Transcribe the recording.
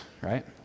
right